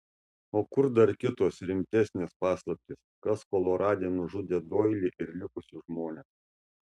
o kur dar kitos rimtesnės paslaptys kas kolorade nužudė doilį ir likusius žmones